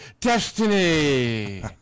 destiny